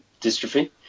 dystrophy